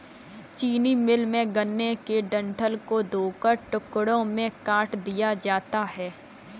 चीनी मिल में, गन्ने के डंठल को धोकर टुकड़ों में काट दिया जाता है